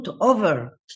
over